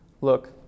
Look